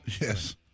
Yes